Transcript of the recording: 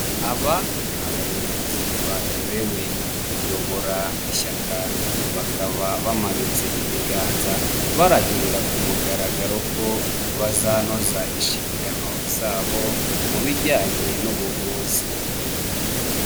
Aba ni abayobozi batorewe kuyobora ishyaka, bakaba bamanitse ibiganza, barahirira ku mugaragaro ko bazanoza inshingano zabo, mu bijyanye n'ubuvuzi.